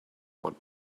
what